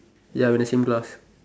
ya we the same class